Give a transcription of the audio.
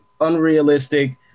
unrealistic